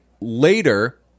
later